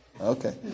okay